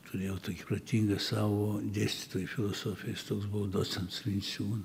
turėjau tokį protingą savo dėstytoją filosofijos toks buvo docentas vinciūn